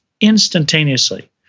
instantaneously